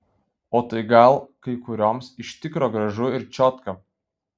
o tai gal kai kurioms iš tikro gražu ir čiotka